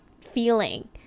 feeling